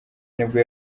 nibwo